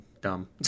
dumb